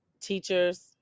teachers